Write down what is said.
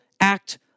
act